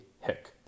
Hick